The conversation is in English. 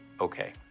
okay